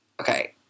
Okay